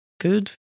good